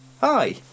hi